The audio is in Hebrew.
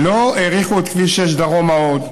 לא האריכו את כביש 6 דרומה עוד,